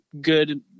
good